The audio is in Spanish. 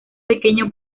pequeño